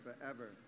Forever